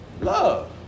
Love